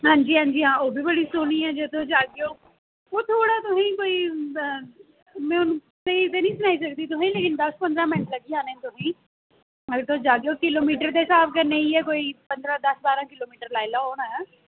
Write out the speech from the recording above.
हांऽ नेईं नेईं अखनूर च पंज छे जगह् न बड़ियां ऐतिहासिक ते बड़ियां मश्हूर जगह् ऐ उत्थै जरुर चक्कर मारना ऐ तुसें